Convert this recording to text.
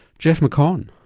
geoff mccaughan.